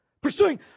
Pursuing